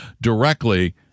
directly